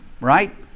right